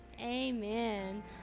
amen